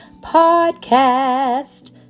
podcast